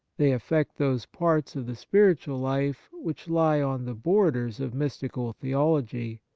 they affect those parts of the spiritual life which lie on the borders of mystical theology,